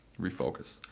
refocus